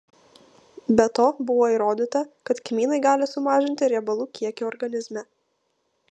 be to buvo įrodyta kad kmynai gali sumažinti riebalų kiekį organizme